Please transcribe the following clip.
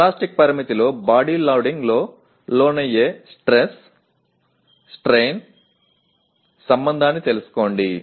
elastic పరిమితిలో body లోడింగ్కు లోనయ్యే స్ట్రెస్ స్ట్రైన్ సంబంధాన్ని తెలుసుకోండి